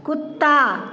कुत्ता